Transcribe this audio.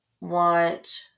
want